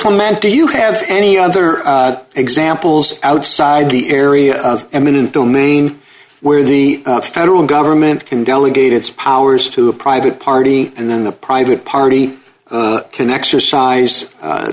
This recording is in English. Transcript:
clement do you have any other examples outside the area of eminent domain where the federal government can delegate its powers to a private party and then the private party can exercise